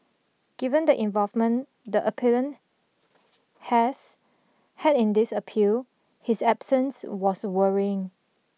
given the involvement the appellant has had in this appeal his absence was worrying